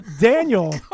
Daniel